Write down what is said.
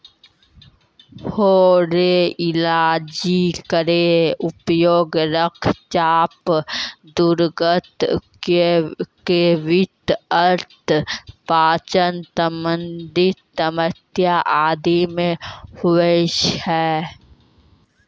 हरो इलायची केरो उपयोग रक्तचाप, दुर्गंध, कैविटी अल्सर, पाचन संबंधी समस्या आदि म होय छै